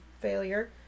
failure